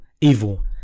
evil